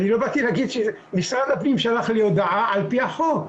אני לא באתי להגיד ש משרד הפנים שלח לי הודעה על פי החוק.